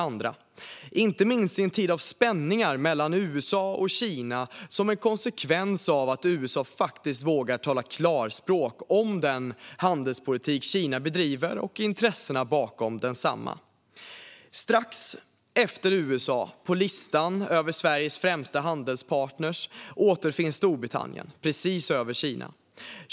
Det gäller inte minst i en tid med spänningar mellan USA och Kina som en konsekvens av att USA faktiskt vågar tala klarspråk om den handelspolitik Kina bedriver och intressena bakom densamma. Strax efter USA på listan över Sveriges främsta handelspartner återfinns Storbritannien, strax före Kina.